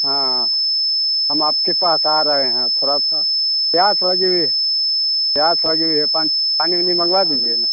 हाँ हम आपके पास आ रहे हैं थोड़ा सा प्यास लगी हुई प्यास लगी है पानी पानी उनी मँगवा दीजिए ना